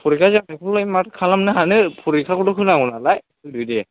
फरिखा जोबैखौलाय माथो खालामनो हानो फरिखाखौथ' होनांगोन नालाय होदो दे